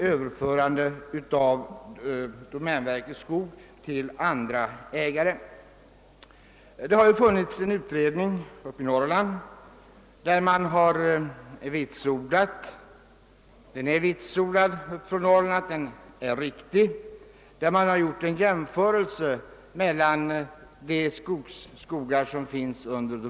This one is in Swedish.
I ett motionspar yrkas att domänverkets skog skall kunna överföras till andra ägare. I en utredning har gjorts en jämförelse mellan skogar i domänverkets ägo och s.k. skogsallmänningar i Norrland.